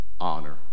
honor